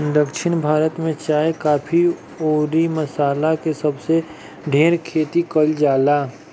दक्षिण भारत में चाय, काफी अउरी मसाला के सबसे ढेर खेती कईल जाला